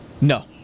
No